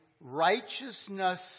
righteousness